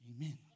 Amen